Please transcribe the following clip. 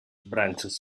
branches